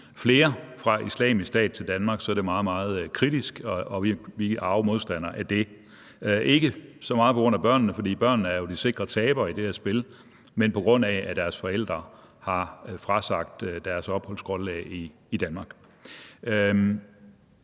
nogle – fra Islamisk Stat til Danmark, er det meget, meget kritisk, og vi er arge modstandere af det; ikke så meget på grund af børnene, for børnene er jo de sikre tabere i det her spil, men på grund af at deres forældre har frasagt sig deres opholdsgrundlag i Danmark.